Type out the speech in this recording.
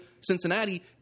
Cincinnati